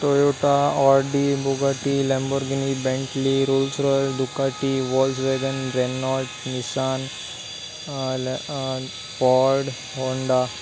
Toyota Audi Bugatti Lamborghini Bentley Rolls Royce Ducati Volkswagen Renault Nissan Skoda Honda